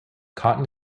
cotton